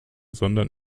sondern